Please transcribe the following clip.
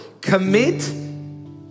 commit